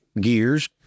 gears